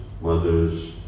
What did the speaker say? mothers